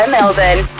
Melbourne